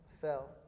fell